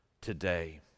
today